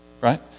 right